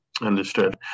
Understood